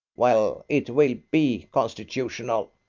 well, it will be constitutional,